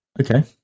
Okay